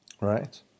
right